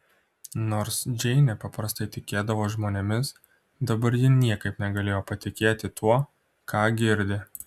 nors džeinė paprastai tikėdavo žmonėmis dabar ji niekaip negalėjo patikėti tuo ką girdi